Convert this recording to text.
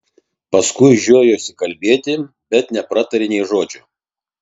paskui žiojosi kalbėti bet nepratarė nė žodžio